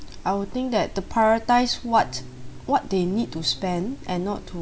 I would think that to prioritise what what they need to spend and not to